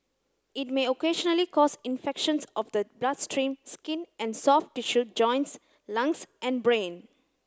it may occasionally cause infections of the bloodstream skin and soft tissue joints lungs and brain